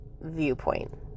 viewpoint